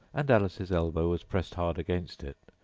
and alice's elbow was pressed hard against it,